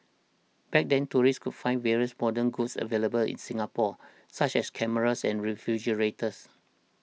back then tourists could find various modern goods available in Singapore such as cameras and refrigerators